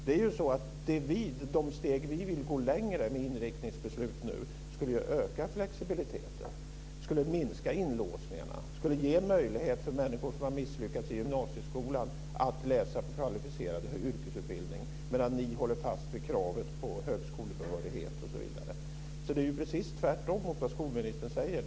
De ytterligare steg vi vill gå med ett inriktningsbeslut skulle ju öka flexibiliteten, minska inlåsningarna och ge möjlighet för människor som har misslyckats i gymnasieskolan att läsa kvalificerad yrkesutbildning. Ni håller fast vid kravet på högskolebehörighet, osv. Det är precis tvärtom mot vad skolministern säger.